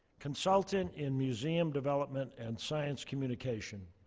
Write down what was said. consultant in museum development and science communication,